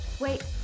Wait